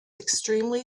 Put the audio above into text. extremely